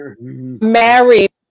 married